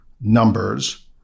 numbers